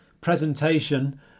presentation